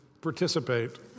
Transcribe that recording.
participate